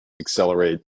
accelerate